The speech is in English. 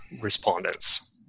respondents